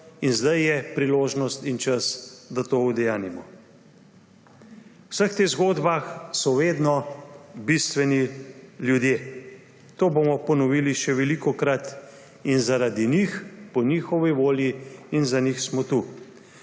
In zdaj je priložnost in čas, da to udejanjimo. V vseh teh zgodbah so vedno bistveni ljudje. To bomo ponovili še velikokrat. In zaradi njih, po njihovi volji in za njih smo tukaj.